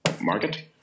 market